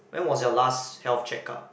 when was your last health checkup